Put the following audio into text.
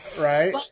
right